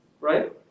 Right